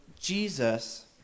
Jesus